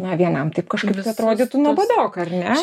na vienam taip kažkaip tai atrodytų nuobodoka ar ne